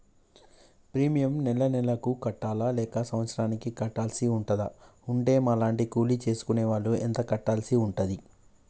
Premium నెల నెలకు కట్టాలా లేక సంవత్సరానికి కట్టాల్సి ఉంటదా? ఉంటే మా లాంటి కూలి చేసుకునే వాళ్లు ఎంత కట్టాల్సి ఉంటది?